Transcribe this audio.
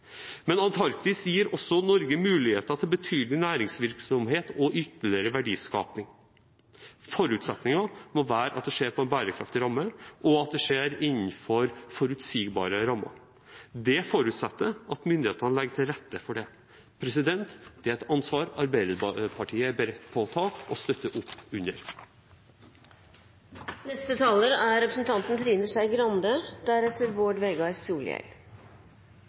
Men Antarktis gir også Norge muligheter til betydelig næringsvirksomhet og ytterligere verdiskaping. Forutsetningen må være at det skjer på en bærekraftig måt og innenfor forutsigbare rammer. Det forutsetter at myndighetene legger til rette for det. Det er et ansvar Arbeiderpartiet er beredt til å ta og støtte opp